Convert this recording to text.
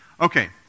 okay